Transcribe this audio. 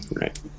Right